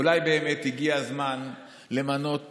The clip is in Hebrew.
אולי באמת הגיע הזמן למנות פרויקטור,